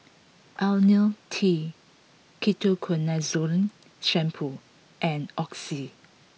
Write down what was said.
Lonil T Ketoconazole Shampoo and Oxy